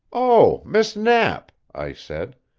oh, miss knapp! i said.